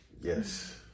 Yes